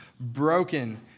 broken